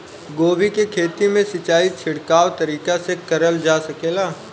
गोभी के खेती में सिचाई छिड़काव तरीका से क़रल जा सकेला?